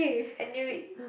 I knew it